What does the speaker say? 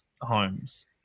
homes